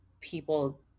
people